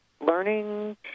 learning